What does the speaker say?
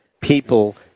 people